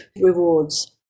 rewards